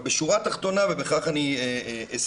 אבל בשורה התחתונה, ובכך אני אסיים,